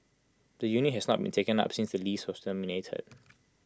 the unit has not been taken up since the lease was terminated